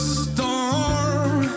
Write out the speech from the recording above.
storm